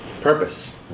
Purpose